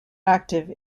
active